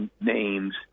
names